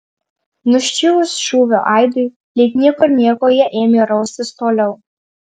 nuščiuvus šūvio aidui lyg niekur nieko jie ėmė raustis toliau